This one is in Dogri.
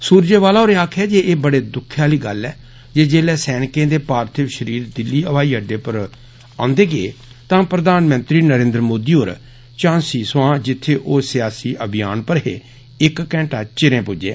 सुर्जेवाला होरें आक्खेआ जे एह बडे दुख आली गल्ल ऐ जे जेल्लै सैनिकें दे पार्थिव षरीर दिल्ली हवाई अड्डे पर औन्दे गे तां प्रधानमंत्री नरेन्द्र मोदी होर झांसी थमां जित्थें ओ सियासी अभियान पर हे इक घैंटा चिरे पुज्जे